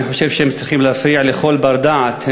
ואני חושב שהן צריכות להפריע לכל בר-דעת,